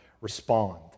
respond